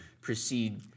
proceed